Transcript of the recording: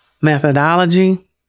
methodology